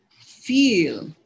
feel